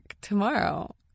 tomorrow